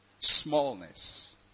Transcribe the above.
smallness